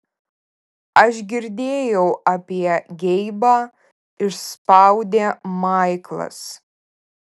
aš girdėjau apie geibą išspaudė maiklas